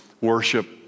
worship